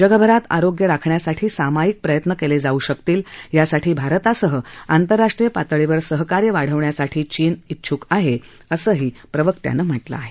जगभरात आरोग्य राखण्यासाठी सामायिक प्रयत्न केले जाऊ शकतील यासाठी भारतासह आंतरराष्ट्रीय पातळीवर सहकार्य वाढवण्यासाठी चीन चिछुक आहे असंही प्रवक्त्यानं म्हटलं आहे